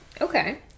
Okay